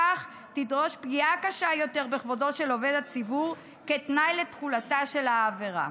כך תידרש פגיעה קשה יותר בכבודו של עובד הציבור כתנאי לתחולת העבירה".